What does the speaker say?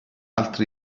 altri